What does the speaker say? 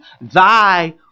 Thy